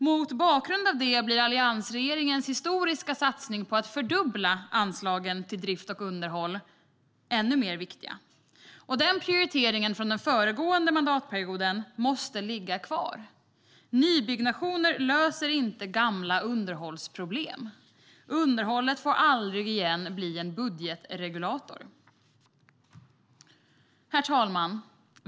Mot bakgrund av det blir alliansregeringens historiska satsning på att fördubbla anslagen till drift och underhåll än mer viktig. Den prioriteringen från den föregående mandatperioden måste ligga kvar. Nybyggnationer löser inte gamla underhållsproblem. Underhållet får aldrig mer bli en budgetregulator. Herr talman!